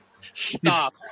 Stop